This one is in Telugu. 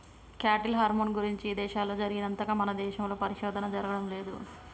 క్యాటిల్ హార్మోన్ల గురించి ఇదేశాల్లో జరిగినంతగా మన దేశంలో పరిశోధన జరగడం లేదు